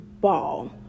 ball